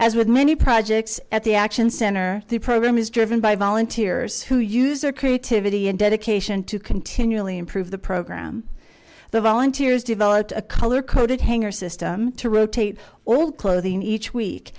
as with many projects at the action center the program is driven by volunteers who use their creativity and dedication to continually improve the program the volunteers develop a color coded hangar system to rotate all clothing each week